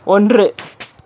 ஒன்று